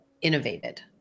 innovated